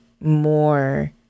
more